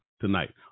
tonight